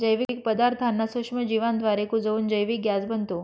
जैविक पदार्थांना सूक्ष्मजीवांद्वारे कुजवून जैविक गॅस बनतो